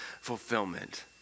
fulfillment